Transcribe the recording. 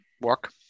Work